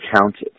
counted